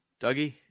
Dougie